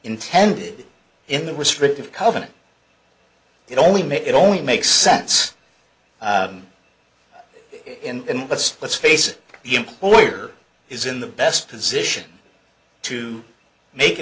intended in the restrictive covenant it only made it only makes sense in let's let's face it the employer is in the best position to make a